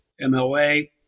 MLA